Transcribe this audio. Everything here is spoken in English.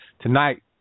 Tonight